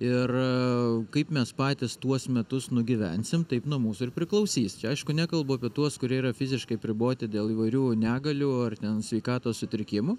ir kaip mes patys tuos metus nugyvensim taip nuo mūsų ir priklausys aišku nekalbu apie tuos kurie yra fiziškai apriboti dėl įvairių negalių ar ten sveikatos sutrikimų